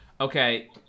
Okay